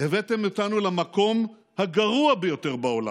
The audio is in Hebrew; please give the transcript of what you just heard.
הבאתם אותנו למקום הגרוע ביותר בעולם,